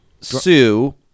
Sue